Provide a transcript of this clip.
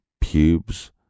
pubes